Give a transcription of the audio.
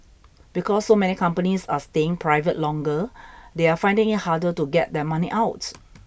because so many companies are staying private longer they're finding it harder to get their money out